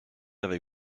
avec